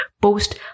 post